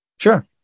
Sure